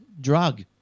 drug